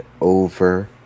over